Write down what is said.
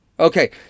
Okay